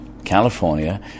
California